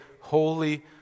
holy